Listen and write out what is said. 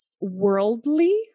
worldly